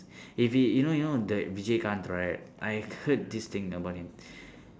if he you know you know that vijayakanth right I heard this thing about him